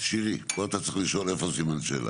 שירי, פה אתה צריך לשאול איפה סימן השאלה.